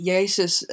Jezus